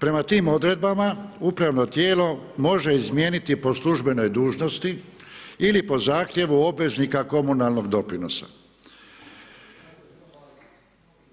Prema tim odredbama, upravno tijelo može izmijeniti po službenoj dužnosti ili po zahtjevu obveznika komunalnog doprinosa,